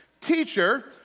Teacher